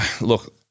look